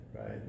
right